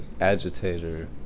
Agitator